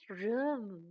room